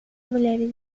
mulheres